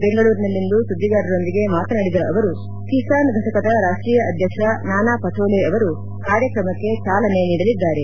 ಬೆಂಗಳೂರಿನಲ್ಲಿಂದು ಸುದ್ದಿಗಾರರೊಂದಿಗೆ ಮಾತನಾಡಿದ ಅವರು ಕಿಸಾನ್ ಫಟಕದ ರಾಷ್ಷೀಯ ಅಧ್ಯಕ್ಷ ನಾನಾ ಪಟೋಲೆ ಅವರು ಕಾರ್ಯಕ್ರಮಕ್ಕೆ ಚಾಲನೆ ನೀಡಲಿದ್ದಾರೆ